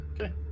Okay